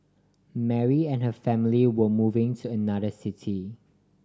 Mary and her family were moving to another city